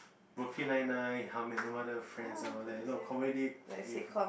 Brooklyn Nine-Nine How I Met Your Mother Friends and all that you know comedy if